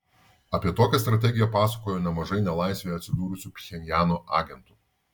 apie tokią strategiją pasakojo nemažai nelaisvėje atsidūrusių pchenjano agentų